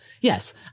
Yes